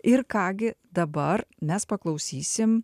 ir ką gi dabar mes paklausysim